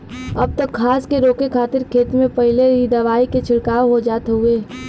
अब त घास के रोके खातिर खेत में पहिले ही दवाई के छिड़काव हो जात हउवे